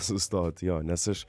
sustot jo nes aš